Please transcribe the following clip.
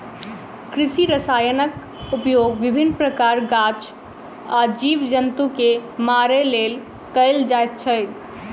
कृषि रसायनक उपयोग विभिन्न प्रकारक गाछ आ जीव जन्तु के मारय लेल कयल जाइत अछि